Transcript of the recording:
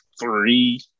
three